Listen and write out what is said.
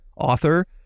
author